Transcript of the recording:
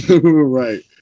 right